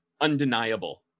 undeniable